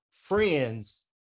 friends